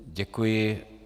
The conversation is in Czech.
Děkuji.